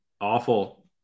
awful